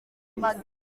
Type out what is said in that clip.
kwibuka